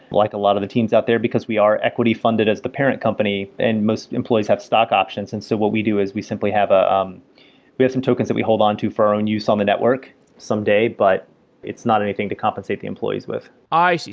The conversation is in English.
like a lot of the teams out there, because we are equity-funded as the parent company and most employees have stock options. and so what we do is we simply have a um we have some tokens that we hold on to for our own use on the network someday, but it's not anything to compensate the employees with i see.